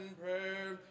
prayer